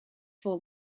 full